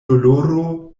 doloro